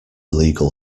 illegal